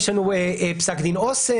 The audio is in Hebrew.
יש לנו פסק דין אוסם,